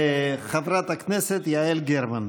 חברת הכנסת יעל גרמן.